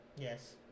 Yes